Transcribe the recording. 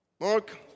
Mark